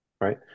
right